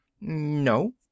no